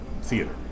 theater